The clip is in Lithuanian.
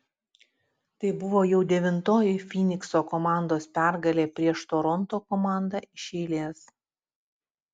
tai buvo jau devintoji fynikso komandos pergalė prieš toronto komandą iš eilės